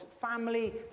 family